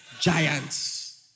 Giants